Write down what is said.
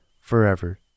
forever